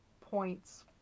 points